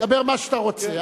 דבר מה שאתה אומר.